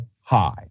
high